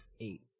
Eight